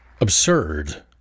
absurd